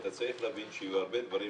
אתה צריך להבין שיהיו הרבה דברים,